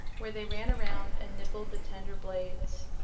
where they ran around and nibbled the tender blades.